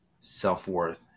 self-worth